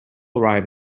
arrive